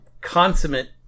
consummate